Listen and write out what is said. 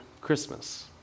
Christmas